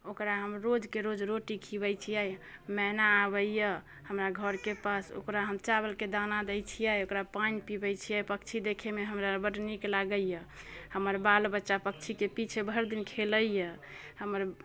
ओकरा हम रोजके रोज रोटी खिआबै छिए मैना आबैए हमरा घरके पास ओकरा हम चावलके दाना दै छिए ओकरा पानि पिआबै छिए पक्षी देखैमे हमरा बड्ड नीक लागैए हमर बाल बच्चा पक्षीके पीछे भरिदिन खेलैए हमर